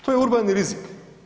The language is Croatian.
To je urbani rizik.